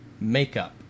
makeup